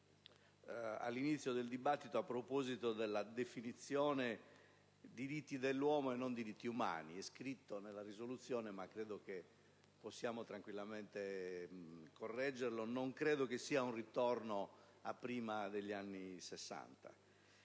all'inizio del dibattito a proposito della definizione di diritti dell'uomo e non di diritti umani: è scritto nella risoluzione, ma credo che possiamo tranquillamente correggerlo. Non si tratta di un ritorno a prima degli anni Sessanta.